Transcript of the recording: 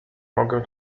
mogę